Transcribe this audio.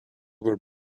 were